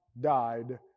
died